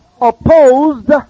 opposed